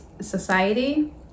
society